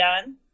done